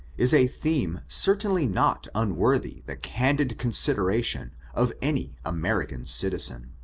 is a theme certainly not unworthy the candid consideration of any american citizen.